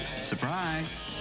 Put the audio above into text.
surprise